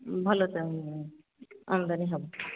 ଭଲ ତ ଆମଦନୀ ହେବ